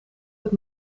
het